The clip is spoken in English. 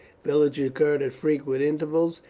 villages occurred at frequent intervals,